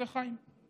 עושה חיים.